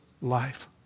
life